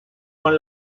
son